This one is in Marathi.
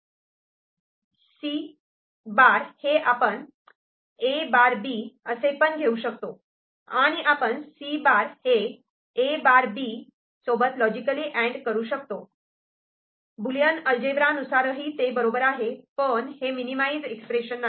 C' हे आपण A'B असे पण घेऊ शकतो आणि आपण C' हे A'B लॉजिकली अँड करू शकतो बुलियन अल्जेब्रा नुसारही ते बरोबर आहे पण हे मिनिमाईज एक्सप्रेशन नाही